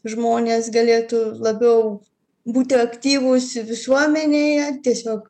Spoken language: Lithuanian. žmonės galėtų labiau būti aktyvūs visuomenėje tiesiog